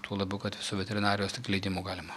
tuo labiau kad su veterinarijos tik leidimu galima